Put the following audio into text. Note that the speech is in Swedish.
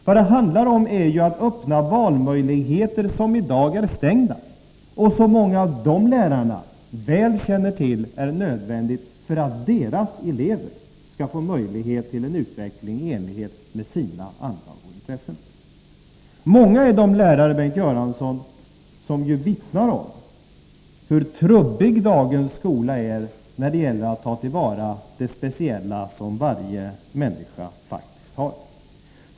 Vad det handlar om är ju att öppna valmöjligheter som i dag är stängda och som många av de lärarna väl känner till är nödvändiga för att deras elever skall få möjlighet till en utveckling i enlighet med sina anlag och intressen. Många är de lärare, Bengt Göransson, som vittnar om hur trubbig dagens skola är när det gäller att ta till vara det speciella som varje människa faktiskt har.